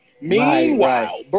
Meanwhile